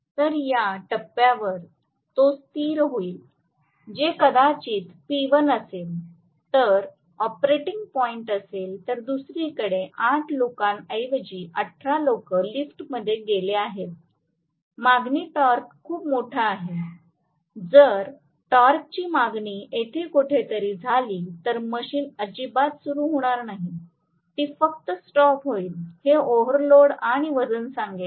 तर या टप्प्यावर तो स्थिर होईल जे कदाचित P1 असेल तर ऑपरेटिंग पॉईंट असेल तर दुसरीकडे 8 लोकांऐवजी 18 लोक लिफ्टमध्ये गेले आहेत मागणी टॉर्क खूप मोठा आहे जर टॉर्कची मागणी येथे कोठेतरी झाली तर मशीन अजिबात सुरू होणार नाही ती फक्त स्टॉप होईल हे ओव्हरलोड आणि वजन सांगेल